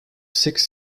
six